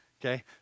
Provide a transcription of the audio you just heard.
Okay